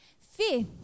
Fifth